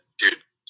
dude